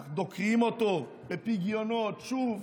אך דוקרים אותו בפגיונות שוב